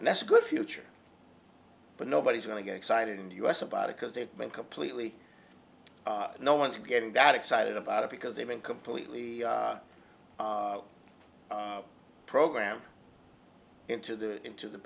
and that's a good future but nobody's going to get excited and us about it because they've been completely no one's getting that excited about it because they've been completely program into the into the